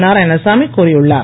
நாராயணசாமி கூறியுள்ளார்